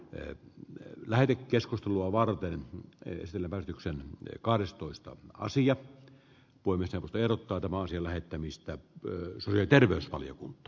en lähde keskustelua varten esillä värityksen kahdestoista sija poimi sen verran taitavasti lähettämistä terveysvaliokunta